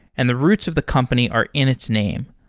and the roots of the company are in its name.